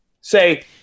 say